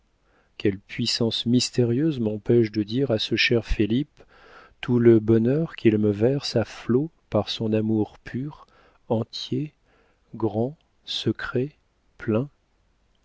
quelle puissance mystérieuse m'empêche de dire à ce cher felipe tout le bonheur qu'il me verse à flots par son amour pur entier grand secret plein